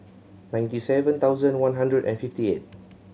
ninety seven thousand one hundred and fifty eight